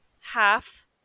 half